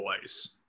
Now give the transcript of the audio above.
boys